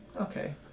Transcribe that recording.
Okay